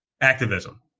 activism